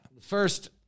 First